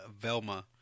Velma